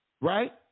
Right